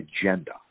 agenda